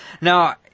Now